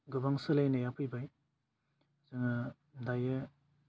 गोबां सोलायनाया फैबाय जोङो दायो